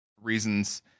reasons